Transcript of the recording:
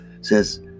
says